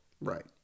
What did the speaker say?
Right